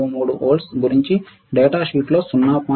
63 వోల్ట్ల గురించి డేటాషీట్లో 0